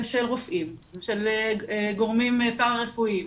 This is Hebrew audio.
ושל רופאים ושל גורמים פרה-רפואיים,